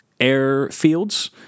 airfields